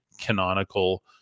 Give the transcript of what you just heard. canonical